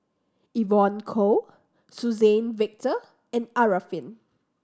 Evon Kow Suzann Victor and Arifin